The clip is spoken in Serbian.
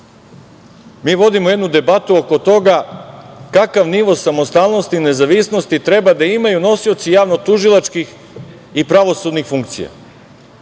Mi vodimo jednu debatu oko toga kakav nivo samostalnosti, nezavisnosti treba da imaju nosioci javnotužilačkih i pravosudnih funkcija